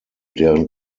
deren